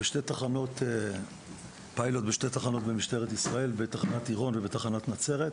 בשתי תחנות פיילוט במשטרת ישראל: בתחנת עירון ובתחנת נצרת.